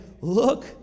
look